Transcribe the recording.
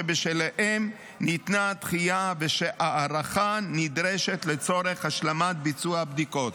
שבשלהם ניתנה הדחייה ושההארכה נדרשת לצורך השלמת ביצוע בדיקות.